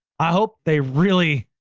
i hope they really,